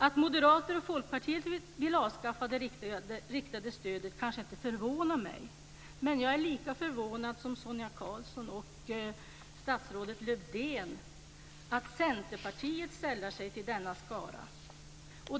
Att moderater och folkpartister vill avskaffa det riktade stödet kanske inte förvånar mig, men jag är lika förvånad som Sonia Karlsson och statsrådet Lövdén över att också centerpartisterna sällar sig till denna skara.